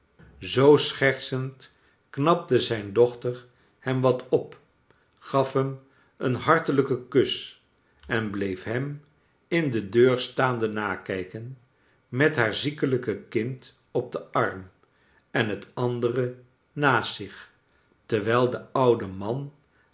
zoo s chert send knapte zijn do enter hem wat op gaf hem een hartelijken kus en bleef hem in de deur staande nakijken met haar ziekelijke kind op den arm en het andere naast zich terwijl de oude man